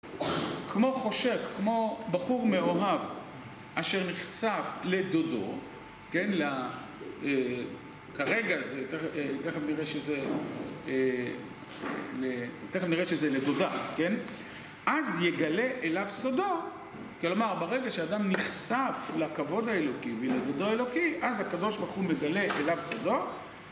כמו חושק, כמו בחור מאוהב, אשר נחשף לדודו, כרגע זה, תכף נראה שזה לדודה, אז יגלה אליו סודו. כלומר, ברגע שאדם נחשף לכבוד האלוקי ולדודו האלוקי, אז הקדוש ברוך הוא מגלה אליו סודו.